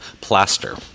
plaster